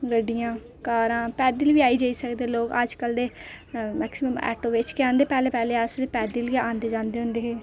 गडडियां कारां पैदल बी आई जाई सकदा लोग अजकल ते मैक्सीमम आटो बिच्च गै आंदे पैह्लें पैह्लें अस पैदल गै आंदे जंदे हे